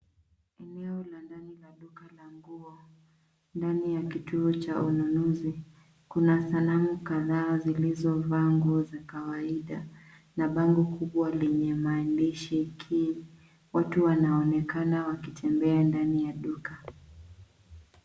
Eneo la ndani la duka la nguo. Ndani ya kituo cha ununuzi kuna sanamu kadhaa zilizovaa nguo za kawaida na bango kubwa lenye maandishi Ki . Watu wanaonekana wakitembea ndani ya duka.